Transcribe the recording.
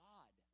God